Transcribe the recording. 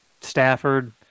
Stafford